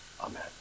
Amen